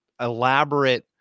elaborate